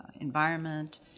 environment